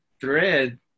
thread